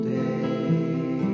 day